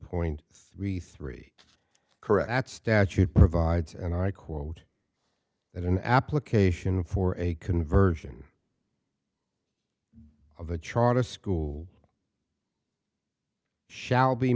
point three three correct that statute provides and i quote that an application for a conversion of a charter school shall be